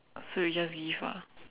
so you just give ah